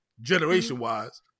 generation-wise